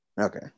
Okay